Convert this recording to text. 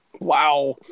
wow